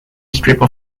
stripped